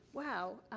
wow, ah,